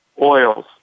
oils